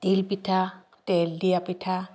তিল পিঠা তেল দিয়া পিঠা